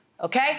Okay